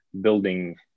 building